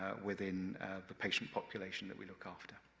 ah within the patient population that we look after.